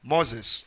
Moses